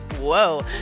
whoa